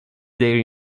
their